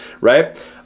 Right